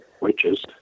witches